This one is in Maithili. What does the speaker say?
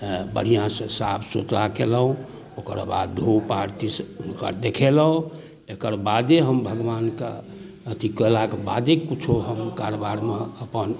बढ़िआँसँ साफ सुथरा केलहुँ ओकर बाद धूप आरती से हुनकर देखेलहुँ एकर बादे हम भगवानके अथी कएलाके बादे किछु हम कारबारमे अपन